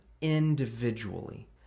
individually